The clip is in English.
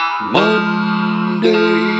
Monday